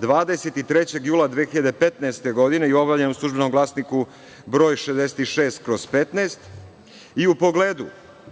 23. jula 2015. godine i objavljen je u „Službenom glasniku“ broj 66/15 i u pogledu,